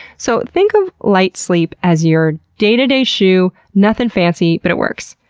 so, think of light sleep as your day-to-day shoe, nothing fancy but it works.